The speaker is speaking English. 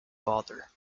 father